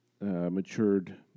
matured